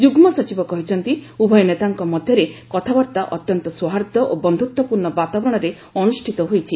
ଯୁଗ୍ମ ସଚିବ କହିଛନ୍ତି ଉଭୟ ନେତାଙ୍କ ମଧ୍ୟରେ କଥାବାର୍ତ୍ତା ଅତ୍ୟନ୍ତ ସୌହାର୍ଦ୍ଦ୍ୟ ଓ ବନ୍ଧୁତପୂର୍ଣ୍ଣ ବାତାବରଣରେ ଅନୁଷ୍ଠିତ ହୋଇଛି